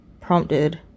prompted